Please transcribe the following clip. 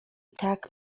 tak